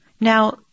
Now